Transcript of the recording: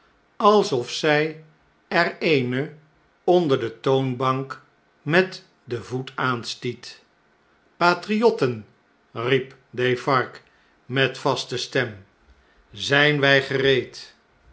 alsof zjj er eene onder de toonbank met den voet aanstiet patriotten riep defarge met vasten stem zfjn we gereed